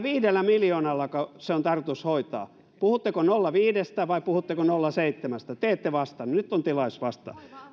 viisi miljoonallako se on tarkoitus hoitaa puhutteko nolla pilkku viidestä vai puhutteko nolla pilkku seitsemästä te ette vastannut nyt on tilaisuus vastata